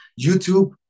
YouTube